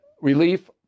relief